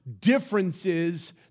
differences